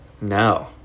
No